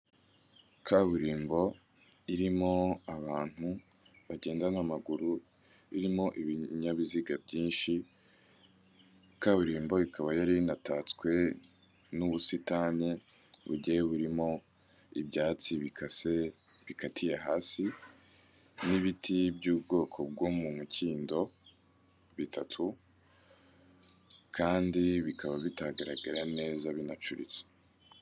Kaburimbo irimo abantu bagenda n'amaguru, irimo ibinyabiziga byinshi, kaburimbo ikaba yari inatatswe n'ubusitani bugiye burimo ibyatsi bikase, bikatiye hasi n'ibiti by'ubwoko bwo mu mukindo bitatu, kandi bikaba bitagaragara neza binacuritse.